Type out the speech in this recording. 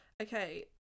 okay